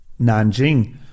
Nanjing